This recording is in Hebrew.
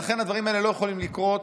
לכן הדברים האלה לא יכולים לקרות.